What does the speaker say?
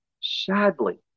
sadly